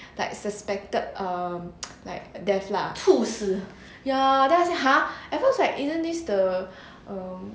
like suspected um like death lah ya then I say !huh! at first like isn't this the um